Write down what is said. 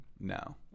No